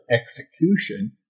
execution